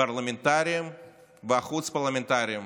הפרלמנטריים והחוץ-פרלמנטריים.